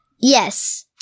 Yes